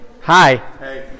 Hi